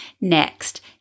next